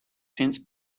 since